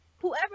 whoever